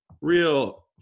real